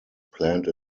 planned